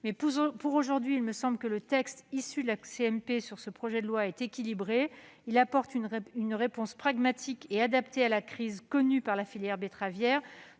venir. Pour aujourd'hui, il me semble que le texte issu de la commission mixte paritaire sur ce projet de loi est équilibré. Il apporte une réponse pragmatique et adaptée à la crise connue par la filière betteravière,